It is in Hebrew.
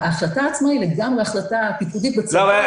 ההחלטה עצמה היא לגמרי החלטה -- נורית,